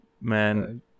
man